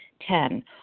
Ten